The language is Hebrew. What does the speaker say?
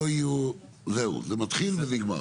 זהו, זה מתחיל ונגמר.